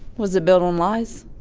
was it built on lies?